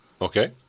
Okay